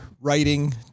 writing